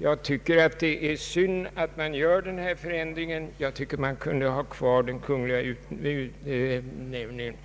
Jag tycker att det är synd att denna förändring genomföres. Man kunde ha kvar de kungliga utnämningarna.